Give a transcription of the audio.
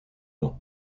ans